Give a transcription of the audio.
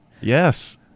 Yes